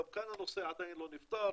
גם כאן הנושא עדיין לא נפתר,